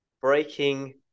breaking